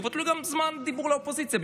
תבטלו גם זמן דיבור לאופוזיציה.